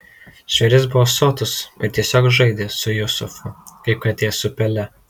žvėris buvo sotus ir tiesiog žaidė su jusufu kaip katė su pele